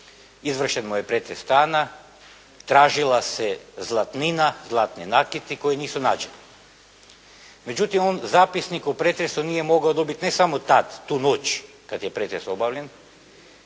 izvršen mu je pretres stana, tražila se zlatnina, zlatni nakiti koji nisu nađeni. Međutim, on zapisnik u pretresu nije mogao dobiti ne samo tada, tu noć kada je pretres obavljen,